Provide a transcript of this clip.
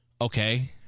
okay